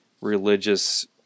religious